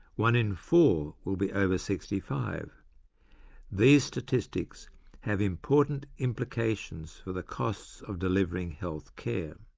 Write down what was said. one in four will be over sixty five these statistics have important implications for the costs of delivering healthcare.